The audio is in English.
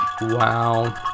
wow